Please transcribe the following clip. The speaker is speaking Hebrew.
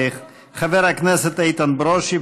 חבר הכנסת איתן ברושי,